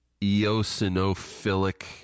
Eosinophilic